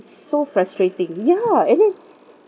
so frustrating ya and then